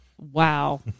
Wow